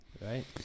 right